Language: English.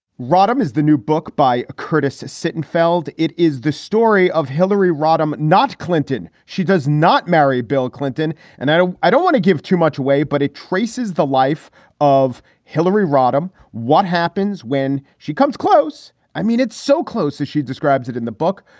rodham is the new book by curtis sittenfeld. it is the story of hillary rodham, not clinton. she does not marry bill clinton and i don't i don't want to give too much away. but he traces the life of hillary rodham. what happens when she comes close? i mean, it's so close. as she describes it in the book,